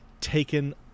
taken